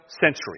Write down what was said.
century